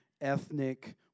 ethnic